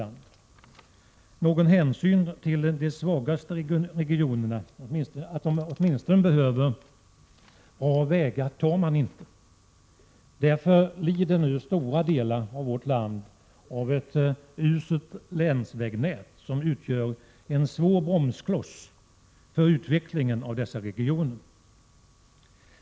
Man tar ingen hänsyn till att de svagaste regionerna åtminstone behöver bra vägar. Stora delar av vårt land lider nu därför av ett uselt länsvägnät, som utgör en svår bromskloss för utvecklingen i dessa regioner.